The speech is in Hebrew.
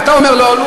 אתה אומר "לא עלו",